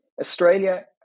Australia